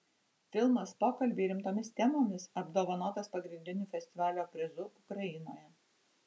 filmas pokalbiai rimtomis temomis apdovanotas pagrindiniu festivalio prizu ukrainoje